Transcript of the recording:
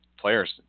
players